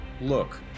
Look